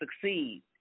succeed